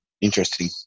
interesting